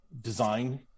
design